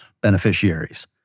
beneficiaries